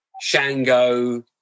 Shango